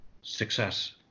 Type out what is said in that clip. success